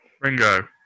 Ringo